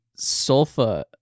sulfa